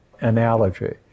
analogy